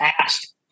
asked